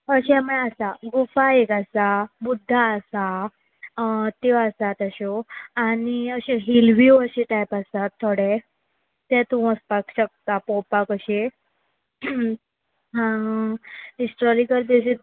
अशें म्हळ्यार आसा गुफा एक आसा बुद्दा आसा त्यो आसात अश्यो आनी अश्यो हिलवीव अशे टायप आसात थोडे ते तूं वचपाक शकता पळोवपाक अशें हिस्टॉरिकल तशें